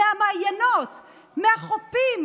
מהמעיינות, מהחופים.